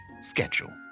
schedule